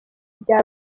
bya